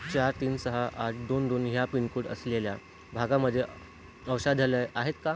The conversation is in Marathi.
चार तीन सहा आठ दोन दोन ह्या पिनकोड असलेल्या भागामध्ये औषधालय आहेत का